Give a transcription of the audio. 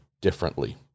differently